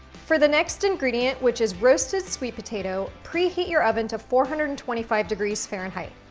for the next ingredient, which is roasted sweet potato, preheat your oven to four hundred and twenty five degrees fahrenheit.